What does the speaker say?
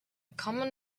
common